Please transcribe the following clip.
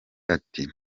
ati